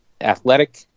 athletic